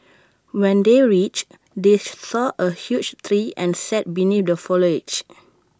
when they reached they saw A huge tree and sat beneath the foliage